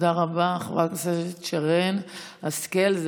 תודה רבה, חברת הכנסת שרן השכל.